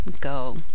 go